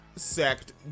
sect